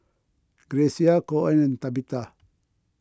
Grecia Coen and Tabitha